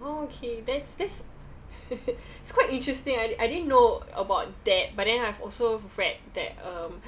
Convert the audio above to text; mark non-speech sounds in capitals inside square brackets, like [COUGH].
orh okay that's that's [LAUGHS] it's quite interesting I didn't know about that but then I've also read that um